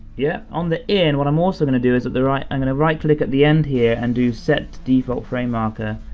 yeah, on the in, what i'm also gonna do is at the right, i'm gonna right click at the end here, and do set default frame marker,